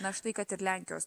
na štai kad ir lenkijos